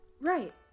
right